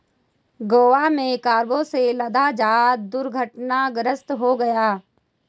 गोवा में कार्गो से लदा जहाज दुर्घटनाग्रस्त हो गया